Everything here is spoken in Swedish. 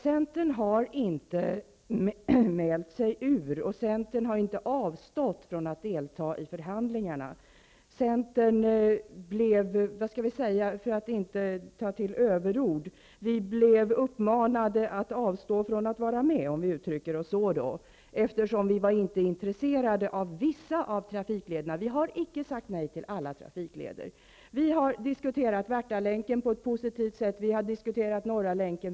Centern har inte mält sig ur diskussionen, och Centern har inte avstått från att delta i förhandlingarna. För att inte ta till överord säger jag att vi i Centern blev uppmanade att avstå från att vara med, eftersom vi inte var intresserade av vissa av trafiklederna. Vi har alltså icke sagt nej till alla trafiklederna. Vi har diskuterat Värtalänken på ett positivt sätt. Vi har diskuterat Norra länken.